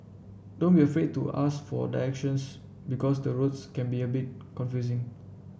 don't be afraid to ask for directions because the roads can be a bit confusing